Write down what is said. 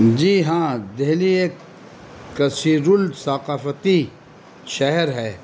جی ہاں دہلی ایک کثیر الثقافتی شہر ہے